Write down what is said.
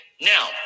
now